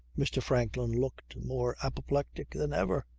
mr. franklin looked more apoplectic than ever.